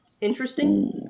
Interesting